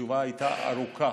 התשובה הייתה ארוכה,